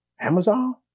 Amazon